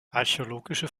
archäologische